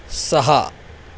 सहा